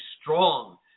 strong